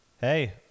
Hey